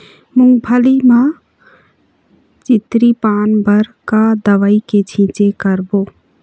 मूंगफली म चितरी पान बर का दवई के छींचे करबो?